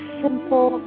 simple